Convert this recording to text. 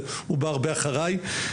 הוא בא הרבה אחריי,